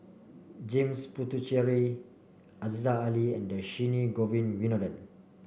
James Puthucheary Aziza Ali and Dhershini Govin Winodan